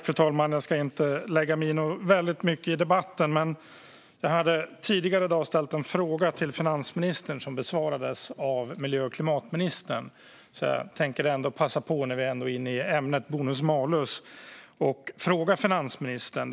Fru talman! Jag ska inte lägga mig i debatten så väldigt mycket, men jag hade ställt en interpellation till finansministern som tidigare i dag besvarades av miljö och klimatministern. Därför tänker jag passa på, när vi nu är inne på ämnet bonus-malus, att ställa min fråga till finansministern.